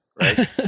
right